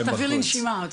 קצת אוויר לנשימה.